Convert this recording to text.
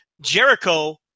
Jericho